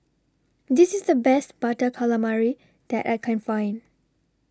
This IS The Best Butter Calamari that I Can Find